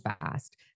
fast